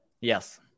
Yes